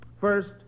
First